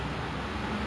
okay [pe]